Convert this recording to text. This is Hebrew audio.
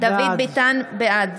בעד